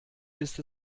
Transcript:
ist